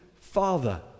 father